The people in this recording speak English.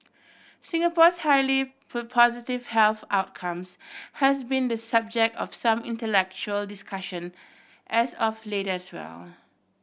Singapore's highly positive health outcomes has been the subject of some intellectual discussion as of late as well